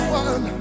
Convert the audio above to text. one